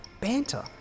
banter